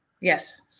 Yes